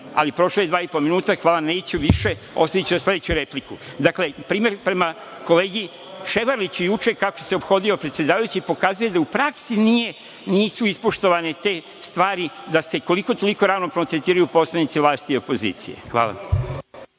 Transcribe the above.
ali prošlo je dva i po minuta. Hvala. Neću više, ostaviću za sledeću repliku. Dakle, primer, prema kolegi Ševarliću, juče kako se ophodio predsedavajući, pokazuje da u praksi nisu ispoštovane te stvari da se koliko-toliko ravnopravno tretiraju poslanici vlasti i opozicije. Hvala.